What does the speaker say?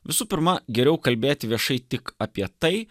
visų pirma geriau kalbėti viešai tik apie tai